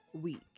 week